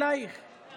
אני מתפלא עליך, עליך,